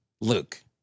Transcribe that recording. Luke